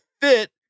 fit